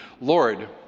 Lord